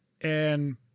and-